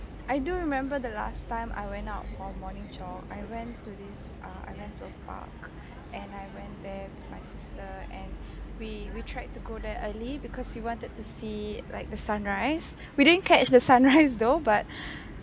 I do remember the last time I went out for morning jog I went to this uh I went to a park and I went there with my sister and we we tried to go there early because we wanted to see like the sunrise we didn't catch the sunrise though but